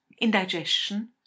indigestion